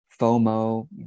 FOMO